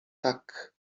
tak